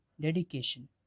dedication